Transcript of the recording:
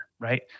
right